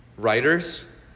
Writers